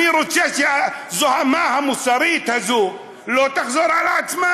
אני רוצה שהזוהמה המוסרית הזאת לא תחזור על עצמה,